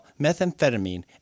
methamphetamine